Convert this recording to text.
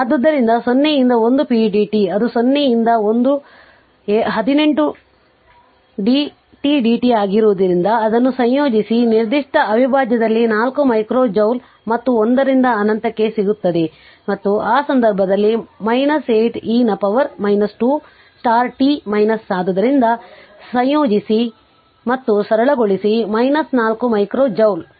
ಆದ್ದರಿಂದ 0 ರಿಂದ 1 pdt ಅದು 0 ರಿಂದ 1 8 t dt ಆಗಿರುವುದರಿಂದ ಅದನ್ನು ಸಂಯೋಜಿಸಿ ನಿರ್ದಿಷ್ಟ ಅವಿಭಾಜ್ಯದಲ್ಲಿ 4 ಮೈಕ್ರೋ ಜೌಲ್ ಮತ್ತು 1 ರಿಂದ ಅನಂತಕ್ಕೆ ಸಿಗುತ್ತದೆ ಮತ್ತು ಆ ಸಂದರ್ಭದಲ್ಲಿ 8 e ನ ಪವರ್ 2 t ಆದ್ದರಿಂದ ಸಂಯೋಜಿಸಿ ಮತ್ತು ಸರಳಗೊಳಿಸಿ 4 ಮೈಕ್ರೋ ಜೌಲ್